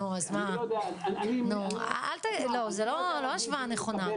אני לא יודע לא זה לא השוואה נכונה,